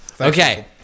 Okay